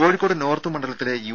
Kozhikode north മണ്ഡലത്തിലെ U